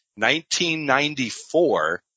1994